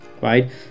Right